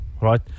right